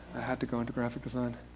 i had to go into graphic design.